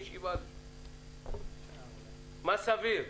מה סביר?